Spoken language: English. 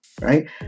right